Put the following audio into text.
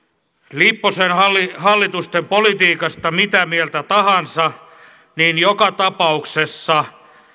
lipposen hallitusten politiikasta mitä mieltä tahansa niin joka tapauksessa